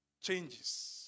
changes